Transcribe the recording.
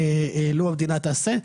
לו המדינה תעשה.